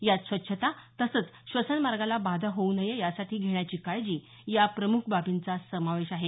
यात स्वच्छता तसंच श्वसनमार्गाला बाधा होऊ नये यासाठी घेण्याची काळजी या प्रम्ख बाबींचा समावेश आहे